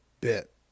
bit